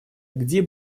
где